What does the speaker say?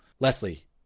Leslie